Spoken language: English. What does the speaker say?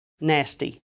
nasty